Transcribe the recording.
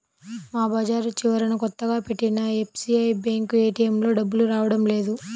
మా బజారు చివరన కొత్తగా పెట్టిన ఎస్బీఐ బ్యేంకు ఏటీఎంలో డబ్బులు రావడం లేదు